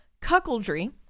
cuckoldry